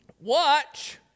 watch